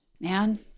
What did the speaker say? man